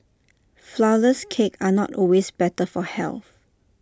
Flourless Cakes are not always better for health